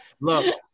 look